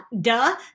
duh